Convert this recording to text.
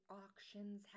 auctions